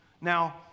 Now